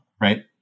Right